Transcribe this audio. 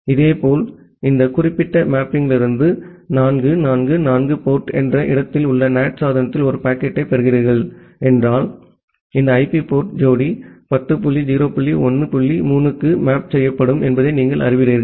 இதேபோல் இந்த குறிப்பிட்ட மேப்பிங்கிலிருந்து 4444 போர்ட் என்ற இடத்தில் உள்ள NAT சாதனத்தில் ஒரு பாக்கெட்டைப் பெறுகிறீர்கள் என்றால் இந்த ஐபி போர்ட் ஜோடி 10 டாட் 0 டாட் 1 டாட் 3 க்கு மேப் செய்யப்படும் என்பதை நீங்கள் அறிவீர்கள்